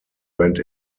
went